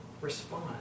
respond